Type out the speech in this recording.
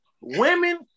Women